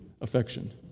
affection